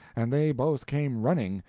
and they both came running,